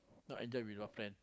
not enjoy with your friend